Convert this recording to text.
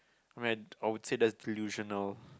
rant I would say that's delusional